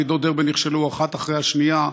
ועידות דרבן נכשלו האחת אחרי השנייה,